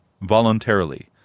voluntarily